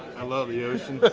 i love the ocean. but